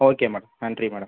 okay madam நன்றி madam